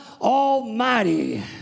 Almighty